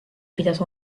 pidas